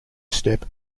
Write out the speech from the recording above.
step